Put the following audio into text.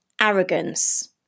arrogance